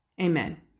Amen